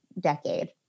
decade